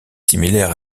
similaire